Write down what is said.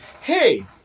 hey